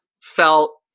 felt